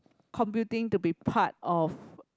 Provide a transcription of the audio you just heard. computing to be part of